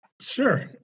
Sure